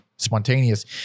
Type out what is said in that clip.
spontaneous